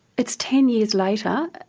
it's ten years later.